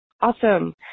Awesome